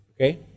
Okay